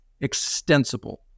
extensible